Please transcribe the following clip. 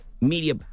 Media